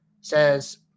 says